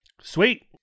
Sweet